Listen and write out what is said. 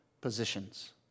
positions